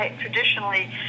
traditionally